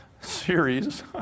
series